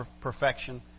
perfection